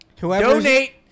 donate